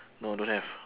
no don't have